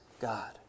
God